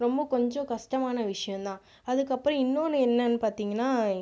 ரொம்ப கொஞ்சம் கஷ்டமான விஷயம் தான் அதுக்கு அதற்கப்பறம் இன்னொன்று என்னன்னு பார்த்திங்கன்னா